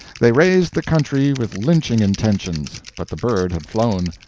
they raised the country with lynching intentions, but the bird had flown.